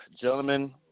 Gentlemen